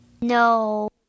No